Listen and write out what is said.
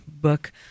book